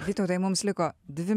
vytautai mums liko dvi